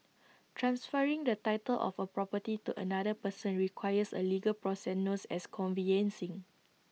transferring the title of A property to another person requires A legal process known as conveyancing